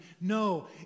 No